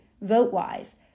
vote-wise